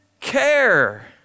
care